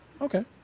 Okay